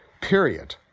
period